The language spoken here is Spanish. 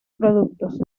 productos